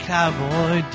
Cowboy